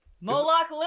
Moloch